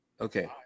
okay